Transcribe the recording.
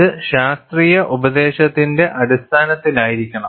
ഇത് ശാസ്ത്രീയ ഉപദേശത്തിന്റെ അടിസ്ഥാനത്തിലായിരിക്കണം